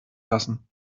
lassen